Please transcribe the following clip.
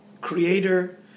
creator